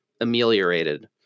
ameliorated